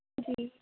جی